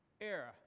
era